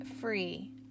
free